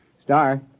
Star